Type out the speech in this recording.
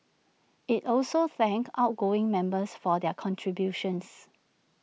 IT also thanked outgoing members for their contributions